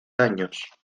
daños